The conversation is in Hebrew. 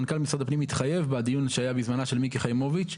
מנכ"ל משרד הפנים התחייב בדיון שהיה בזמנו אצל מיקי חיימוביץ,